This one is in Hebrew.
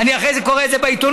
אני אחרי זה קורא את זה בעיתונים,